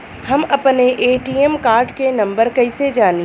हम अपने ATM card के नंबर कइसे जानी?